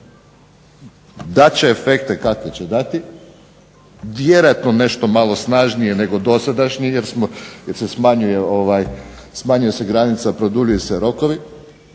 Dat će efekte kakve će dati, vjerojatno nešto malo snažnije nego dosadašnji jer se smanjuje granica, produljuju se rokovi